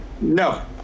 No